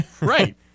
Right